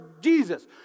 Jesus